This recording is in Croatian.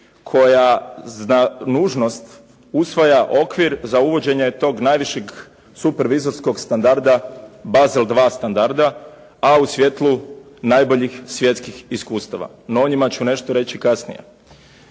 koja za nužnost usvaja okvir za uvođenje tog najvećeg supervizorskog standarda, bazel 2 standarda, a u svjetlu najboljih svjetskih iskustava, no o njima ću nešto reći kasnije.